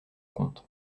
compte